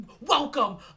Welcome